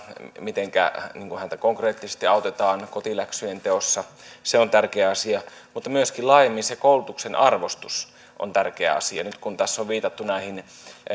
mitenkä häntä konkreettisesti autetaan kotiläksyjen teossa on tärkeä asia mutta myöskin laajemmin koulutuksen arvostus on tärkeä asia nyt kun tässä on viitattu